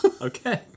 Okay